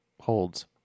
holds